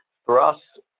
for us,